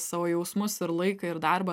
savo jausmus ir laiką ir darbą